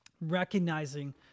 recognizing